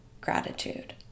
gratitude